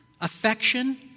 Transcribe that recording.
affection